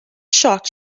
shocked